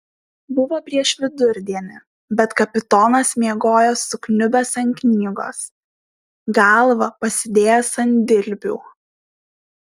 buvo prieš vidurdienį bet kapitonas miegojo sukniubęs ant knygos galvą pasidėjęs ant dilbių